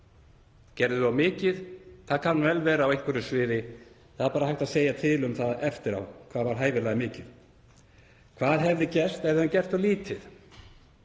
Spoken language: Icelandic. við of mikið? Það kann vel að vera á einhverju sviði. Það er bara hægt að segja til um það eftir á hvað var hæfilega mikið. Hvað hefði gerst ef við hefðum gert of lítið?